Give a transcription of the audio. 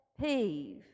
peeve